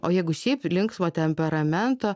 o jeigu šiaip linksmo temperamento